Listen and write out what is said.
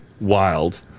wild